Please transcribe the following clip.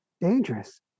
dangerous